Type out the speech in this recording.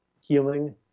healing